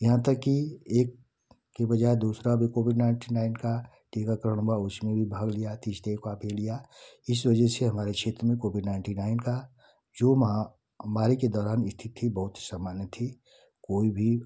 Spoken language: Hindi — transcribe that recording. यहाँ तक कि एक के बजाय दूसरा भी कोविड नाइन्टी नाईन का टीकाकरण हुआ उसमें भी भाग लिया तीस इस वजह से हमारे क्षेत्र में कोविड नाइन्टी नाईन का जो महामारी के दौरान स्थिति बहुत सामान्य थी कोई भी